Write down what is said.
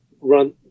run